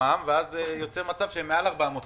ואז יוצא מצב שהן מעל 400 מיליון,